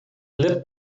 lit